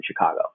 Chicago